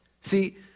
See